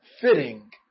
fitting